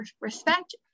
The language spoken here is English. respect